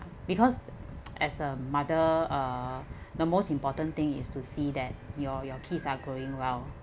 because as a mother uh the most important thing is to see that your your kids are growing well